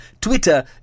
Twitter